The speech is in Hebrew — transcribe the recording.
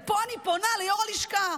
ופה אני פונה ליו"ר הלשכה,